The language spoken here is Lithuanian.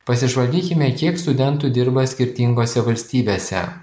pasižvalgykime kiek studentų dirba skirtingose valstybėse